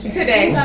today